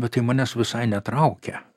bet tai manęs visai netraukia